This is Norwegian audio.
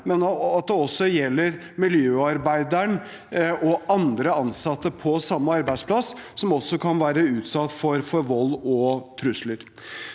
men også miljøarbeidere og andre ansatte på samme arbeidsplass som også kan være utsatt for vold og trusler.